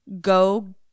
Go